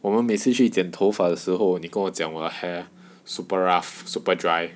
我们每次去剪头发的时候你跟我讲我的 hair super rough super dry